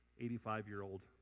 85-year-old